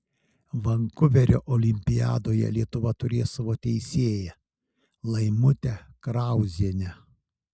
vankuverio olimpiadoje lietuva turės savo teisėją laimutę krauzienę